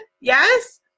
Yes